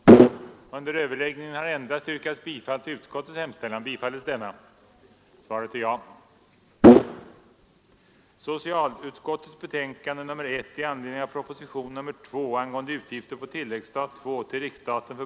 27 februari 1974